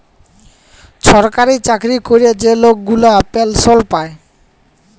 ছরকারি চাকরি ক্যরে যে লক গুলা পেলসল পায়